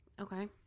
Okay